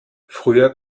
früher